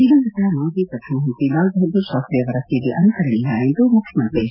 ದಿವಂಗತ ಮಾಜಿ ಪ್ರಧಾನಮಂತ್ರಿ ಲಾಲ್ ಬಹದ್ದೂರ್ ಶಾಸ್ತಿ ಅವರ ಸೇವೆ ಅನುಕರಣೀಯ ಎಂದು ಮುಖ್ಯಮಂತ್ರಿ ಎಚ್